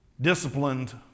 disciplined